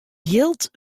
jild